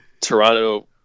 Toronto